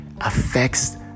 affects